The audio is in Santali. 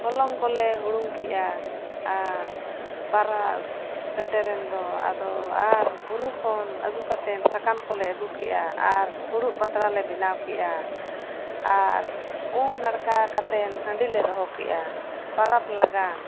ᱦᱚᱞᱚᱝ ᱠᱚᱞᱮ ᱦᱩᱲᱩᱝ ᱠᱮᱫᱼᱟ ᱟᱨ ᱯᱚᱨᱚᱵᱽ ᱥᱮᱴᱮᱨᱮᱱ ᱫᱚ ᱟᱫᱚ ᱟᱨ ᱵᱩᱨᱩ ᱠᱷᱚᱱ ᱟᱹᱜᱩ ᱠᱟᱛᱮᱫ ᱥᱟᱠᱟᱢ ᱠᱚᱞᱮ ᱟᱹᱜᱩ ᱞᱮᱫᱼᱟ ᱟᱨ ᱯᱷᱩᱲᱩᱜ ᱯᱟᱛᱲᱟᱞᱮ ᱵᱮᱱᱟᱣ ᱠᱮᱫᱼᱟ ᱟᱨ ᱩᱢᱼᱱᱟᱲᱠᱟ ᱠᱟᱛᱮᱫ ᱦᱟᱺᱰᱤ ᱞᱮ ᱫᱚᱦᱚ ᱠᱮᱫᱟ ᱯᱚᱨᱚᱵᱽ ᱞᱟᱹᱜᱤᱫ